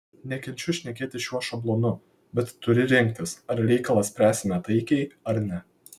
nekenčiu šnekėti šiuo šablonu bet turi rinktis ar reikalą spręsime taikiai ar ne